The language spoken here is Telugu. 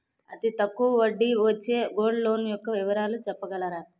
అతి తక్కువ వడ్డీ కి వచ్చే గోల్డ్ లోన్ యెక్క వివరాలు చెప్పగలరా?